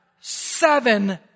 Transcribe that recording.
seven